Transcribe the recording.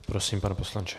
Prosím, pane poslanče.